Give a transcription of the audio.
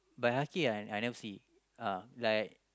bihaki I I never see uh like